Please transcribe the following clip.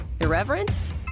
Irreverence